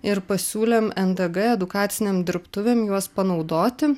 ir pasiūlėm ndg edukacinėm dirbtuvėm juos panaudoti